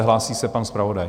Hlásí se pan zpravodaj.